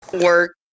work